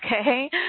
okay